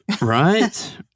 Right